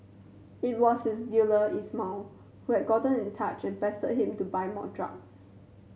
it was his dealer Ismail who had gotten in touch and pestered him to buy more drugs